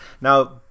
Now